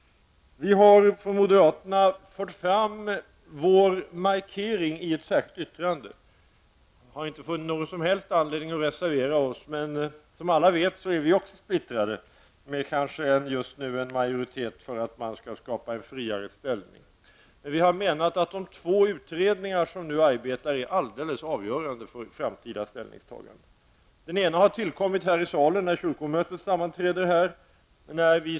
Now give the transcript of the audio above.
Vi har från moderaterna fört fram vår markering i ett särskilt yttrande. Vi har inte funnit någon som helst anledning att reservera oss. Som alla vet är också vi splittrade, med just nu kanske en majoritet för att man skall skapa en friare ställning. Vi menar att de två utredningar som nu arbetar är helt avgörande för framtida ställningstaganden. Den ena utredningen har beslutats under kyrkomötets sammanträde här i riksdagenens plenisal.